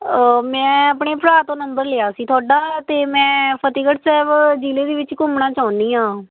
ਮੈਂ ਆਪਣੇ ਭਰਾ ਤੋਂ ਨੰਬਰ ਲਿਆ ਸੀ ਤੁਹਾਡਾ ਅਤੇ ਮੈਂ ਫਤਿਹਗੜ੍ਹ ਸਾਹਿਬ ਜ਼ਿਲ੍ਹੇ ਦੇ ਵਿੱਚ ਘੁੰਮਣਾ ਚਾਹੁੰਦੀ ਹਾਂ